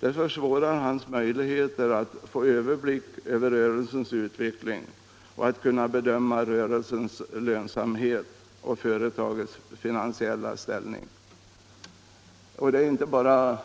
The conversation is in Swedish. Det försvårar hans möjligheter att få överblick över rörelsens utveckling och att bedöma rörelsens lönsamhet och företagets finansiella ställning. Det är naturligtvis inte bara